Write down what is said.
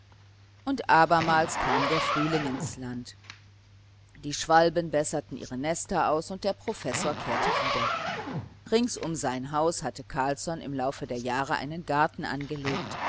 und abermals kam der frühling ins land die schwalben besserten ihre nester aus und der professor kehrte wieder rings um sein haus hatte carlsson im laufe der jahre einen garten angelegt